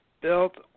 built